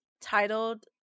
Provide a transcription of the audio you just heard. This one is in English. titled